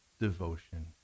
devotion